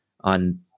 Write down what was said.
on